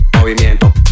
movimiento